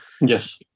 Yes